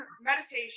meditation